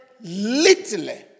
little